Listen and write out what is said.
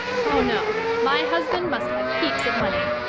oh, no, my husband must have heaps of money.